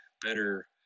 better